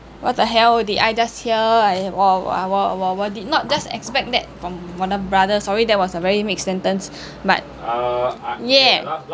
what the hell did I just hear I 我我我我我 did not just expect that from 我的 brother sorry that was a very mixed sentence but yeah